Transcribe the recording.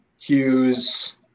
Hughes